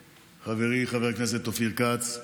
חברי חבר הכנסת אופיר כץ,